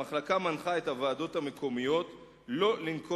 המחלקה מנחה את הוועדות המקומיות שלא לנקוט